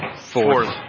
Fourth